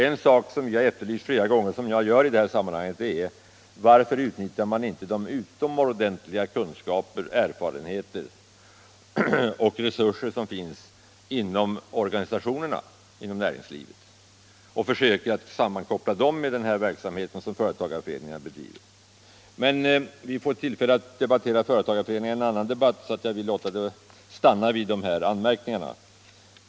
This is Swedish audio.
En sak som jag tidigare flera gånger har efterlyst, vilket jag också gör i det här sammanhanget, är ett svar på frågan: Varför utnyttjar man inte de utomordentliga kunskaper, erfarenheter och resurser som finns hos organisationerna inom näringslivet och försöker sammankoppla dem med den verksamhet som företagareföreningarna bedriver? — Men vi får väl tillfälle att debattera företagareföreningarna i en annan debatt. Jag låter det därför stanna vid de här anmärkningarna.